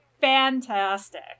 fantastic